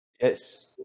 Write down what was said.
yes